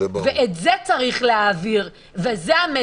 ואת זה צריך להעביר, וזה המסר.